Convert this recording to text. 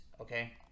okay